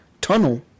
tunnel